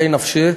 חי נפשי,